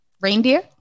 Reindeer